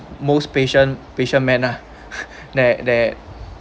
most patient patient man lah that that